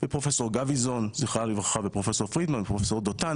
פרופסור גביזון זכרה לברכה ופרופסור פרידמן ופרופסור דותן,